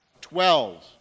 Twelve